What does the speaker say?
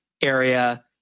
area